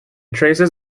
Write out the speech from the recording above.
traces